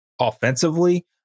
offensively